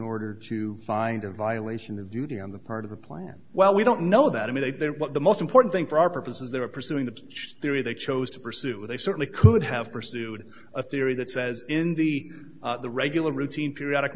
order to find a violation of duty on the part of the plan well we don't know that i mean they they're what the most important thing for our purposes they were pursuing the theory they chose to pursue they certainly could have pursued a theory that says in the regular routine periodic